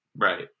Right